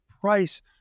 price